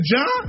John